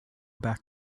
back